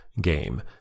game